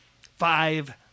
five